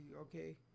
okay